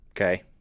Okay